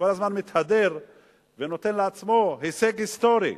הוא כל הזמן מתהדר ונותן לעצמו הישג היסטורי.